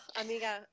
Amiga